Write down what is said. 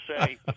say